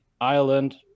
Ireland